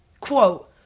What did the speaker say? quote